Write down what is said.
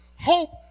Hope